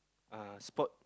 uh sport